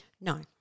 No